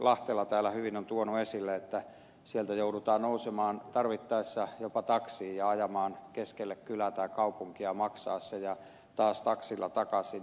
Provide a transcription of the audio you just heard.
lahtela täällä hyvin on tuonut esille että sieltä joudutaan nousemaan tarvittaessa jopa taksiin ja ajamaan keskelle kylää tai kaupunkia ja maksaa se ja taas taksilla takaisin